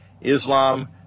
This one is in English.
Islam